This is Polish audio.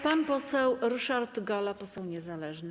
Pan poseł Ryszard Galla, poseł niezależny.